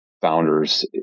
founders